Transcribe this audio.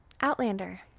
Outlander